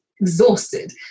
exhausted